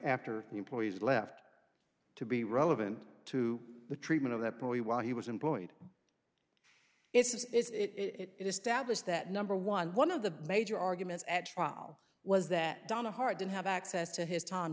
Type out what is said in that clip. after employees left to be relevant to the treatment of that probably while he was employed it's is it established that number one one of the major arguments at trial was that donna hart didn't have access to his time